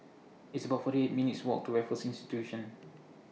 It's about forty eight minutes' Walk to Raffles Institution